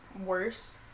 worse